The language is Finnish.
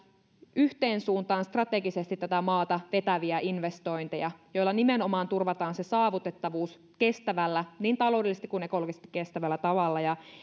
yhteen suuntaan strategisesti tätä maata vetäviä investointeja joilla nimenomaan turvataan saavutettavuus niin taloudellisesti kuin ekologisesti kestävällä tavalla